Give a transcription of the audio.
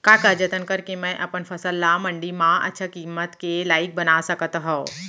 का का जतन करके मैं अपन फसल ला मण्डी मा अच्छा किम्मत के लाइक बना सकत हव?